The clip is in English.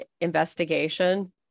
investigation